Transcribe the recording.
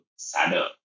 sadder